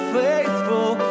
faithful